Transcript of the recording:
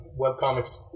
webcomics